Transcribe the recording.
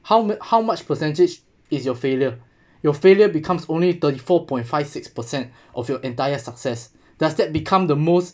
how m~ how much percentage is your failure your failure becomes only thirty four point five six percent of your entire success does that become the most